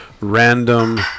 random